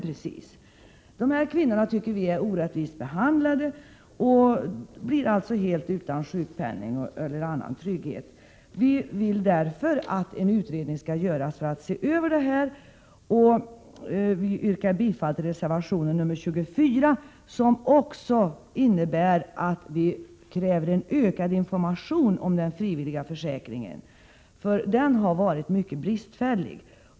Vi anser att dessa kvinnor är orättvist behandlade. De blir ju helt utan sjukpenning och annan trygghet. Vi vill därför att en utredning skall göras som skall se över detta. Jag yrkar bifall till reservation nr 24, där vi också kräver ökad information om den frivilliga försäkringen. Informationen har nämligen varit mycket bristfällig.